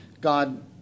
God